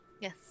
Yes